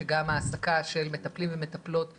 שגם העסקה של מטפלים ומטפלות ישראלים,